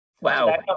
Wow